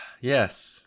Yes